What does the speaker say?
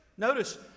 Notice